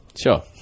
Sure